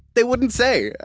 they wouldn't say.